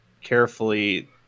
carefully